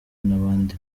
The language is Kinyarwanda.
n’abandi